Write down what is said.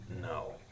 No